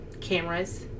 Cameras